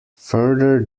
further